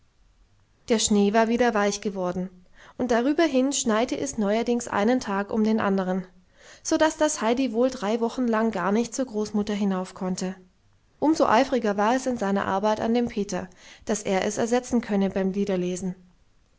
der schnee war wieder weich geworden und darüberhin schneite es neuerdings einen tag um den andern so daß das heidi wohl drei wochen lang gar nicht zur großmutter hinauf konnte um so eifriger war es in seiner arbeit an dem peter daß er es ersetzen könne beim liederlesen